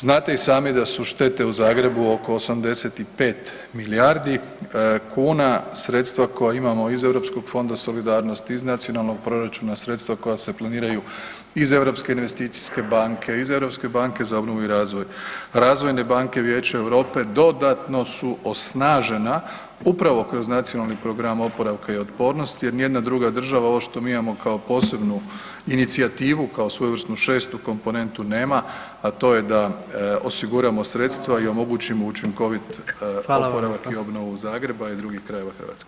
Znate i sami da su štete u Zagrebu oko 85 milijardi kn, sredstva koja imamo iz europskog Fonda solidarnosti, iz nacionalnog proračuna, sredstva koje se planiraju iz Europske investicijske banke, iz Europske banke za obnovu i razvoj, razvojne banke Vijeća Europe dodatno su osnažena upravo kroz Nacionalni plan oporavka i otpornosti jer nijedna druga država ovo što mi imamo kao posebnu inicijativu, kao svojevrsnu šestu komponentu nema a to je da osiguramo sredstva i omogućimo učinkovit oporavak i obnovu Zagreba i drugih krajeva Hrvatske.